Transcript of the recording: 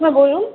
হ্যাঁ বলুন